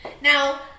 Now